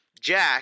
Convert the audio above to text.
Jack